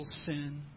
sin